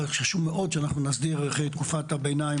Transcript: חשוב מאוד שאנחנו נסדיר אחרי תקופת הביניים